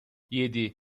yedi